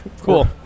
Cool